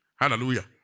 Hallelujah